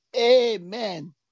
Amen